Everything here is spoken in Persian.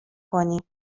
کنیم